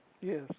yes